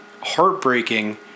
heartbreaking